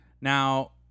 now